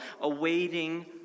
awaiting